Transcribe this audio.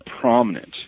prominent